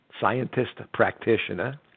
scientist-practitioner